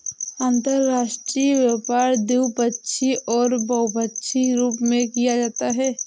अंतर्राष्ट्रीय व्यापार द्विपक्षीय और बहुपक्षीय रूप में किया जाता है